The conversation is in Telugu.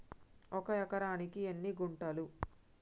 ఒక ఎకరానికి ఎన్ని గుంటలు?